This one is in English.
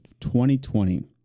2020